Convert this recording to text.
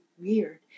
weird